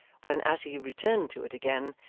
when as he returned to it again,